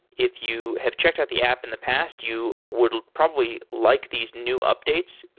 if you have checked out the app in the past, you would probably like these new updates.